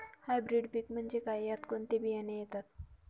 Hybrid पीक म्हणजे काय? यात कोणते बियाणे येतात?